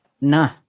Nah